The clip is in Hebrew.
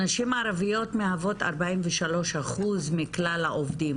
נשים ערביות מהוות 43% מכלל העובדים,